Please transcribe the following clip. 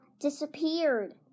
disappeared